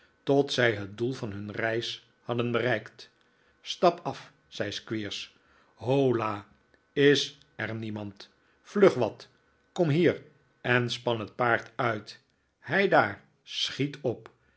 tot zij het doel van hun reis hadden bereikt stap af zei squeers holla is er niemand vlug wat kom hier en span het paard uit heidaar schiet op